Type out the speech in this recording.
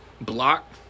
Block